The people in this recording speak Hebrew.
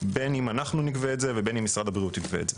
בין אם אנחנו נגבה את זה ובין אם משרד הבריאות יגבה את זה.